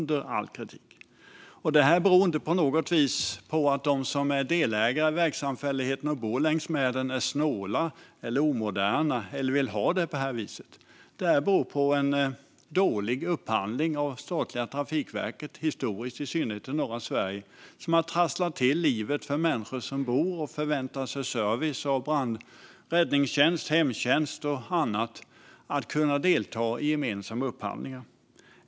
Det beror inte på något vis på att de som är delägare i vägsamfälligheten och bor längs med vägen är snåla eller omoderna eller vill ha det på det här viset. Det beror på en dålig upphandling av det statliga Trafikverket historiskt, i synnerhet i norra Sverige. Det har trasslat till livet för människor som bor vid dessa vägar och som förväntar sig service av räddningstjänst, hemtjänst och annat. De kan inte delta i gemensamma upphandlingar.